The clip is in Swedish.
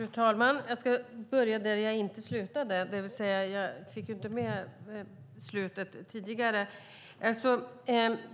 Fru talman! Jag ska börja med det jag inte fick med i slutet tidigare.